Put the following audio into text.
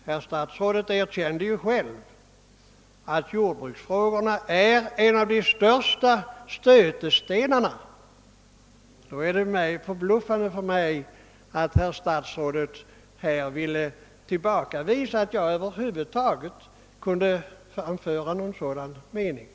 Herr statsrådet erkände ju själv att jordbruksfrågorna är en av de största stötestenarna i detta sammanhang. Det är därför förbluffande att herr statsrådet ville förmena mig att över huvud taget framföra en sådan mening.